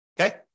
okay